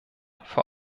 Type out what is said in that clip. vor